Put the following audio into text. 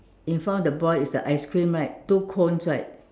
in front of the boy is the ice cream right two cones right